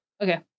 okay